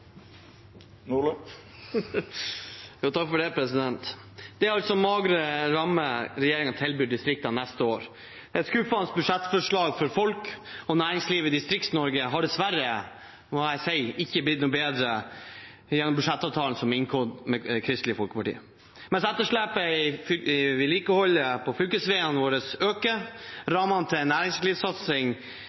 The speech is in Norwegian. år. Et skuffende budsjettforslag for folk og næringslivet i Distrikts-Norge har dessverre – må jeg si – ikke blitt noe bedre gjennom budsjettavtalen som er inngått med Kristelig Folkeparti. Mens etterslepet i vedlikeholdet av fylkesveiene våre øker og rammene til næringslivssatsing